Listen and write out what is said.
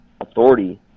authority